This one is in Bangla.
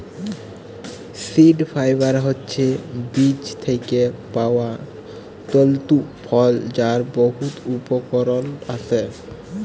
সিড ফাইবার হছে বীজ থ্যাইকে পাউয়া তল্তু ফল যার বহুত উপকরল আসে